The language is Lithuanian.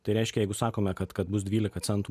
tai reiškia jeigu sakome kad kad bus dvylika centų